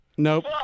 Nope